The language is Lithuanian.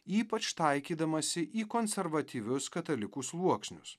ypač taikydamasi į konservatyvius katalikų sluoksnius